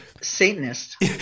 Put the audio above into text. Satanist